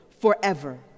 forever